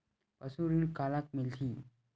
पशु ऋण काला मिलही?